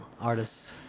artists